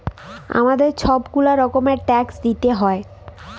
আমাদের ছব গুলা রকমের ট্যাক্স দিইতে হ্যয়